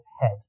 Head